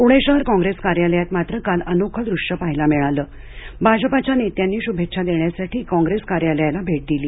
प्णे शहर काँग्रेस कार्यालयामध्ये मात्र काल अनोखं दृष्य पहायला मिळालं भाजपाच्या नेत्यांनी शुभेच्छा देण्यासाठी कॉंग्रेस कार्यालयाला भेट दिली